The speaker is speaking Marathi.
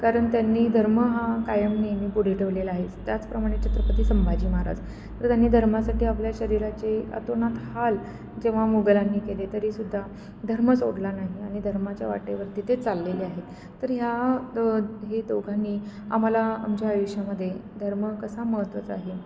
कारण त्यांनी धर्म हा कायम नेहमी पुढे ठेवलेला आहेच त्याचप्रमाणे छत्रपती संभाजी महाराज तर त्यांनी धर्मासाठी आपल्या शरीराचे अतोनात हाल जेव्हा मुगलांनी केले तरी सुद्धा धर्म सोडला नाही आणि धर्माच्या वाटेवरती ते चाललेले आहेत तर ह्या द हे दोघांनी आम्हाला आमच्या आयुष्यामध्ये धर्म कसा महत्त्वाच आहे